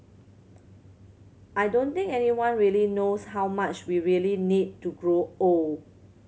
I don't think anyone really knows how much we really need to grow old